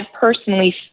personally